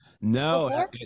No